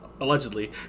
allegedly